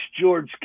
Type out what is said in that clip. George